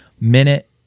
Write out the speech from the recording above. minute